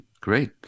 Great